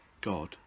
God